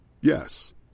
Yes